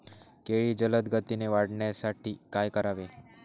केळी जलदगतीने वाढण्यासाठी काय करावे?